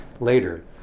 later